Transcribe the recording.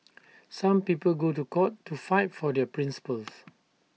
some people go to court to fight for their principles